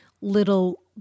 little